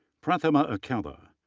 prathima akella.